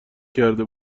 کرده